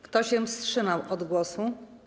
Kto się wstrzymał od głosu?